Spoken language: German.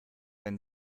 wenn